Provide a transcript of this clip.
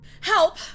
Help